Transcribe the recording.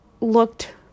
looked